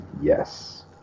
Yes